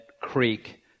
creek